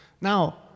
Now